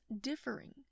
differing